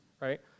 right